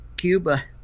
Cuba